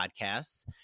podcasts